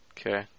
Okay